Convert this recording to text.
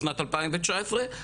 בשנת 2019,